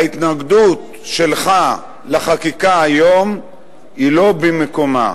ההתנגדות שלך לחקיקה היום היא לא במקומה,